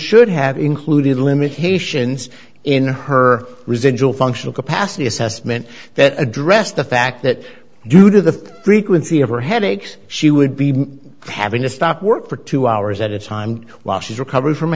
ensured have included limitations in her residual functional capacity assessment that addressed the fact that due to the frequency of her headaches she would be having to stop work for two hours at a time while she's recovering from a